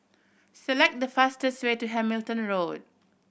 select the fastest way to Hamilton Road